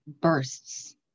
bursts